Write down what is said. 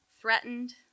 threatened